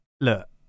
look